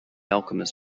alchemist